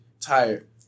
tired